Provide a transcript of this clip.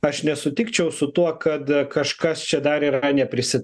aš nesutikčiau su tuo kad kažkas čia dar yra neprisi